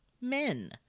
men